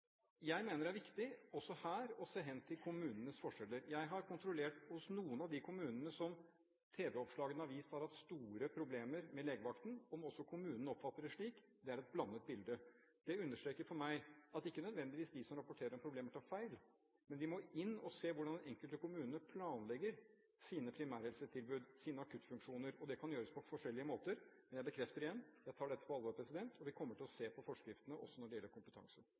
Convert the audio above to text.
Jeg mener det er viktig, også her, å se hen til kommunenes forskjeller. Jeg har kontrollert, hos noen av de kommunene som tv-oppslagene har vist at har hatt store problemer med legevakten, om også kommunene oppfatter det slik – det er et blandet bilde. Det understreker at det ikke nødvendigvis er de som rapporterer om problemer, som tar feil, men vi må inn og se hvordan den enkelte kommune planlegger sine primærhelsetilbud, sine akuttfunksjoner. Det kan gjøres på forskjellige måter. Men jeg bekrefter igjen: Jeg tar dette på alvor, og vi kommer til å se på forskriftene også når det gjelder kompetanse.